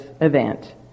event